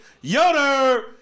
yoder